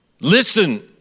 Listen